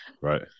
right